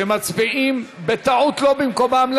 כשמצביעים בטעות שלא במקומם,